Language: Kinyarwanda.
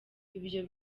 ibyo